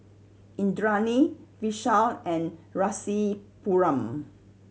Indranee Vishal and Rasipuram